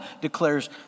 Declares